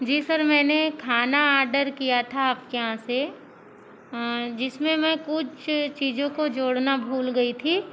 जी sir मैंने खाना order किया था आपके यहाँ से जिसमें मैं कुछ चीज़ों को जोड़ना भूल गई थी